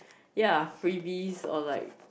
ya freebies or like